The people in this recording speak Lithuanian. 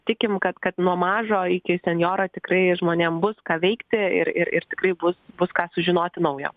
tikim kad kad nuo mažo iki senjoro tikrai žmonėm bus ką veikti ir ir ir tikrai bus bus ką sužinoti naujo